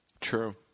True